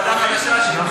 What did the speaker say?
אולי ועדת החינוך.